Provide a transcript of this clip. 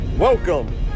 Welcome